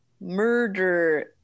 murder